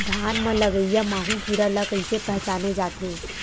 धान म लगईया माहु कीरा ल कइसे पहचाने जाथे?